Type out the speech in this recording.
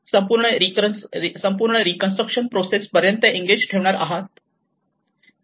संपूर्ण reconstruction process पर्यंत engage ठेवणार आहात